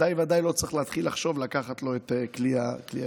ודאי ודאי לא צריך להתחיל לחשוב לקחת לו את כלי הירייה.